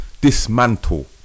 dismantle